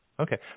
Okay